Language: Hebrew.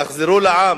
תחזרו לעם.